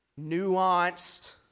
nuanced